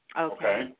Okay